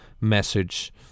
message